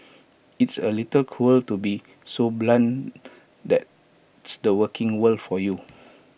it's A little cruel to be so blunt that's the working world for you